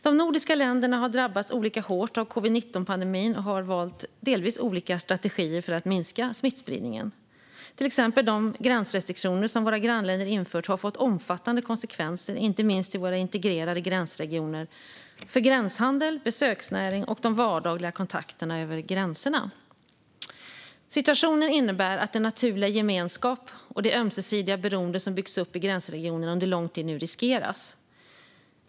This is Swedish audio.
De nordiska länderna har drabbats olika hårt av covid-19-pandemin och har valt delvis olika strategier för att minska smittspridningen. Till exempel har de gränsrestriktioner som våra grannländer infört fått omfattande konsekvenser, inte minst i våra integrerade gränsregioner - för gränshandel, besöksnäring och de vardagliga kontakterna över gränserna. Situationen innebär att den naturliga gemenskap och det ömsesidiga beroende som byggts upp i gränsregionerna under lång tid nu riskeras.